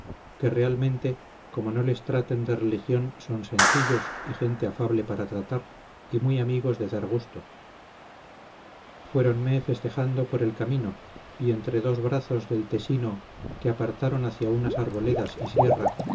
que realmente como no les traten de religión son sencillos y gente afable para tratar y muy amigos de dar gusto fueronme festejando por el camino y entre dos brazos del tesino se apartaron hacia unas arboledas y sierra